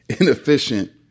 inefficient